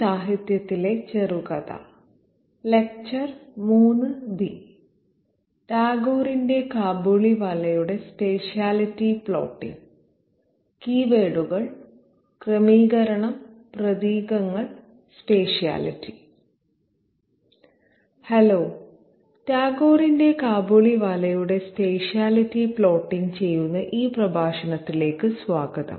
hello ടാഗോറിന്റെ കാബൂളിവാല യുടെ spatiality plotting ചെയ്യുന്ന ഈ പ്രഭാഷണത്തിലേക്ക് സ്വാഗതം